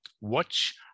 watch